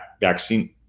vaccine